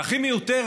והיא הכי מיותרת,